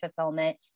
fulfillment